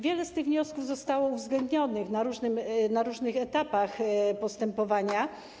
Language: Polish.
Wiele z tych wniosków zostało uwzględnionych na różnych etapach postępowania.